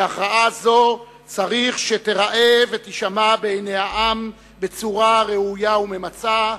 והכרעה זו צריך שתיראה ותישמע בעיני העם בצורה ראויה וממצה,